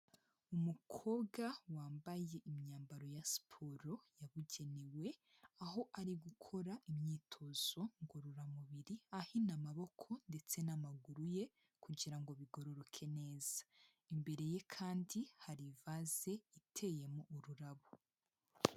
Umukobwa wambaye imyambaro ya siporo yabugenewe, aho ari gukora imyitozo ngororamubiri ahina amaboko ndetse n'amaguru ye kugira ngo bigororoke neza. Imbere ye kandi hari ivaze iteyemo ururabo.